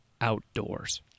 outdoors